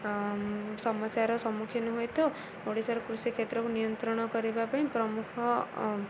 ସମସ୍ୟାର ସମ୍ମୁଖୀନ ହୋଇଥାଉ ଓଡ଼ିଶାର କୃଷି କ୍ଷେତ୍ରକୁ ନିୟନ୍ତ୍ରଣ କରିବା ପାଇଁ ପ୍ରମୁଖ